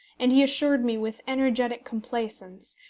and he assured me, with energetic complaisance,